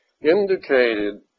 indicated